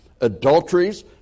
adulteries